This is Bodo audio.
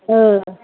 ओ